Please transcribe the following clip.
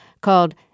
called